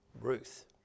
Ruth